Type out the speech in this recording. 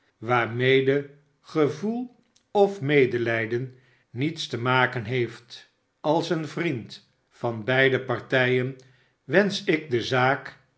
waarmede gevoel of medelijden niets te maken heeft als een vriend van beide partijen wensch ik de zaak